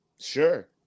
Sure